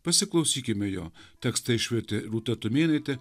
pasiklausykime jo tekstą išvertė rūta tumėnaitė